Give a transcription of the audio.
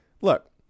Look